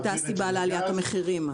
הייתה הסיבה לעליית המחירים,